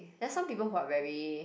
there's some people who are very